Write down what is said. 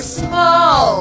small